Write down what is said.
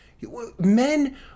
Men